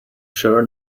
sure